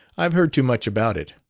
i've heard too much about it.